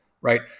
right